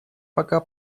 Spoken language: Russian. пока